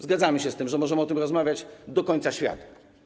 Zgadzamy się z tym, że możemy o tym rozmawiać do końca świata.